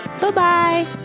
Bye-bye